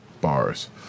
bars